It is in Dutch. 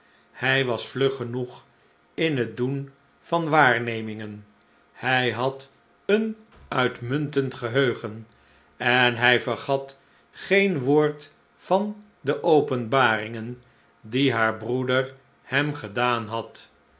hij was vlug genoeg in het doen van waarnemingen hij had een uitmuntend geheugen en hij vergat geen woord van de openbaringen die haar broeder hem gedaan had